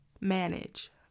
manage